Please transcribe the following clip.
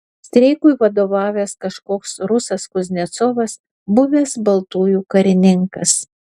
streikui vadovavęs kažkoks rusas kuznecovas buvęs baltųjų karininkas